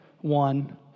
one